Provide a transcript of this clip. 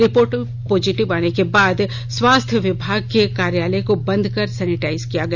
report positive आने के बाद स्वास्थ्य विभाग के कार्यालय को बंद कर सैनिटाइज किया गया